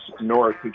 North